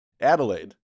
Adelaide